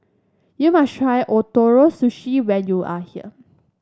you must try Ootoro Sushi when you are here